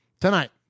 tonight